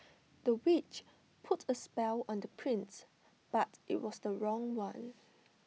the witch put A spell on the prince but IT was the wrong one